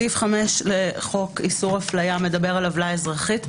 סעיף 5 לחוק איסור אפליה מדבר על עוולה אזרחית,